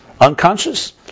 Unconscious